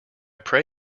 pray